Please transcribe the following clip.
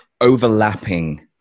overlapping